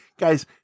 guys